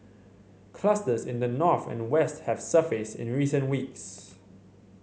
clusters in the north and west have surfaced in recent weeks